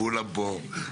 כולם פה.